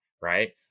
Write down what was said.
right